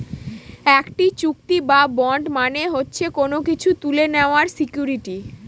একটি চুক্তি বা বন্ড মানে হচ্ছে কোনো কিছু তুলে নেওয়ার সিকুইরিটি